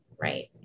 right